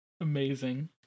amazing